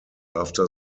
after